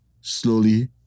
slowly